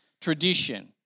tradition